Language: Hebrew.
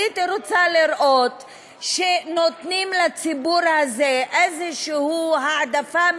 הייתי רוצה לראות שנותנים לציבור הזה איזו העדפה,